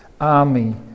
army